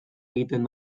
egiten